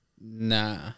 Nah